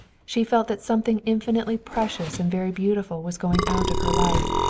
she felt that something infinitely precious and very beautiful was going out of her life.